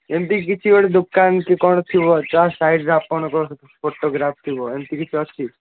ଏମିତି କିଛି ଗୋଟେ ଦୋକାନ କି କ'ଣ ଥିବ ଯାହା ସାଇଡ଼୍ରେ ଆପଣଙ୍କ ଫଟୋଗ୍ରାଫ୍ ଥିବ ଏମିତି କିଛି ଅଛି